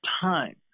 time